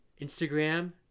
Instagram